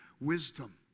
wisdom